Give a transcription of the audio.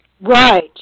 Right